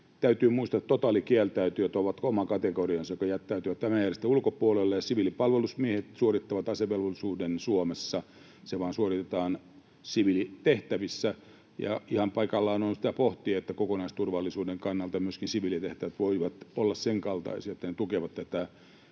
Täytyy muistaa, että totaalikieltäytyjät ovat oma kategoriansa, joka jättäytyy tämän järjestelmän ulkopuolelle, ja siviilipalvelusmiehet suorittavat asevelvollisuuden Suomessa — se vain suoritetaan siviilitehtävissä. Ja ihan paikallaan on pohtia sitä, että kokonaisturvallisuuden kannalta myöskin siviilitehtävät voivat olla sen kaltaisia, että ne tukevat tätä